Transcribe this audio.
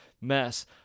mess